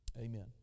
Amen